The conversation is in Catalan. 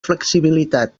flexibilitat